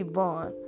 born